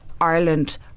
Ireland